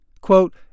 Quote